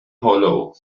hollow